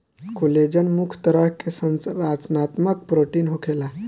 collagen मुख्य तरह के संरचनात्मक प्रोटीन होखेला